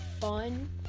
fun